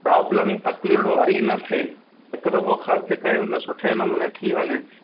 problem तक़लीफ वरी न थिए हिकु दफ़ो ख़र्चु कयूं त सुठे नमूने थी वञे